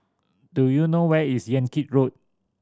do you know where is Yan Kit Road